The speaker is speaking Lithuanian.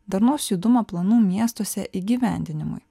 darnaus judumo planų miestuose įgyvendinimui